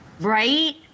Right